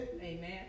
Amen